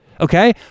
Okay